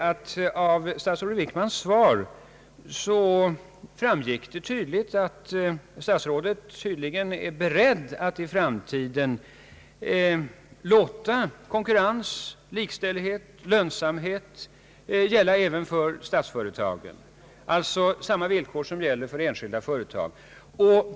Av statsrådet Wickmans svar framgick det att han tydligen är beredd att i framtiden låta principerna om konkurrens, likställighet och lönsamhet gälla även för statsföretagen, alltså samma villkor som gäller för enskilda företag.